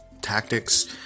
tactics